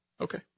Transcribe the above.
Okay